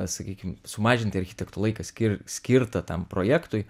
sakykim sumažinti architektų laiką skir skirtą tam projektui